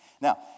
Now